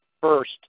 first